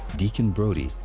deacon brodie,